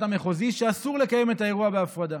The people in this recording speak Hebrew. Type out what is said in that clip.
המחוזי שאסור לקיים את האירוע בהפרדה.